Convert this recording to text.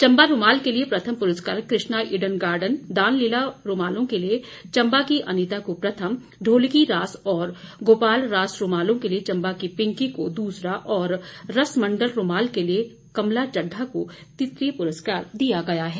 चंबा रूमाल के लिए प्रथम पुरस्कार कृष्णा ईडन गार्डन दान लीला रूमालों के लिए चंबा की अनीता को प्रथम ढोलकी रास और गोपाल रास रूमालों के लिए चंबा की पिंकी को दूसरा और रसमंडल रूमाल के लिए कमला चढ्ढा को तृतीय पुरस्कार दिया गया है